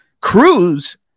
Cruz